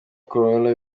kunywa